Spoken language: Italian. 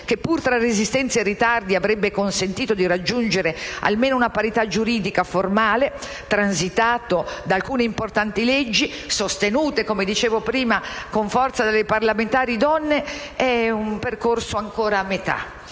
che, pur tra resistenze e ritardi, avrebbe consentito di raggiungere almeno una parità giuridica formale, transitato da alcune importanti leggi, sostenute con forza dalle parlamentari donna, è un percorso ancora a metà.